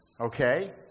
Okay